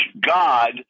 God